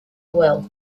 well